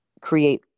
create